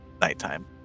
nighttime